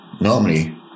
Normally